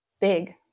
big